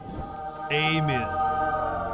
Amen